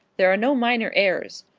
there are no minor heirs.